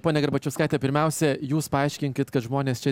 ponia garbačiauskaite pirmiausia jūs paaiškinkit kad žmonės čia